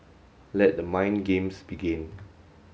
let the mind games begin